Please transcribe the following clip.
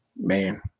man